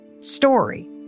story